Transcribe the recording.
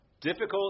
Difficult